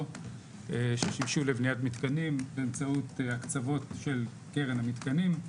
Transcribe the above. ששימשו לבניית מתקנים באמצעות הקצבות של קרן המתקנים.